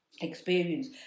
experience